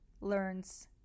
learns